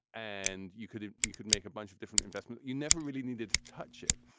and you could you could make a bunch of different investment. you never really needed to touch it.